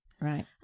Right